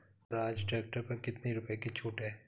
Swaraj tractor पर कितनी रुपये की छूट है?